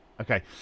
Okay